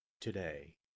today